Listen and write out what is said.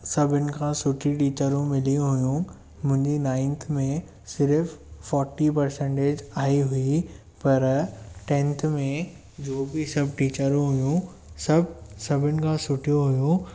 सभनि खां सुठी टीचरूं मिलियूं हुयूं मुंहिंजी नाइंथ में सिर्फ़ु फोर्टी परसेंटेज आई हुई पर टेंथ में जो बि सभु टीचरू हुयूं सभु सभनि खां सुठियूं हुयूं